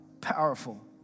powerful